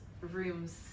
rooms